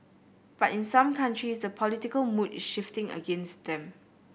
but in some countries the political mood is shifting against them